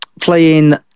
playing